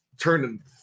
turning